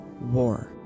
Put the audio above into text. war